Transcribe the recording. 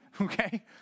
okay